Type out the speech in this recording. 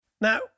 Now